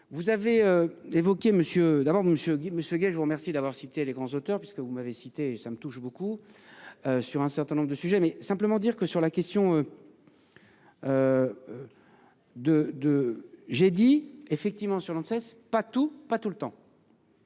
Monsieur Monsieur Guey, je vous remercie d'avoir cité les grands auteurs puisque vous m'avez cité, ça me touche beaucoup. Sur un certain nombre de sujets mais simplement dire que sur la question. De de. J'ai dit effectivement sur ne cesse pas tout pas tout le temps.